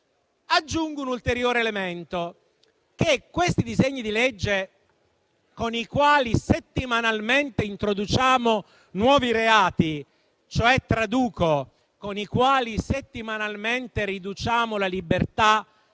Aggiungo un ulteriore elemento: con questi disegni di legge settimanalmente introduciamo nuovi reati, cioè - traduco - settimanalmente riduciamo la libertà